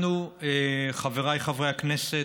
אנחנו, חבריי חברי הכנסת,